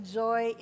joy